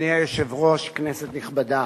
אדוני היושב-ראש, כנסת נכבדה,